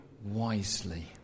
wisely